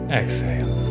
exhale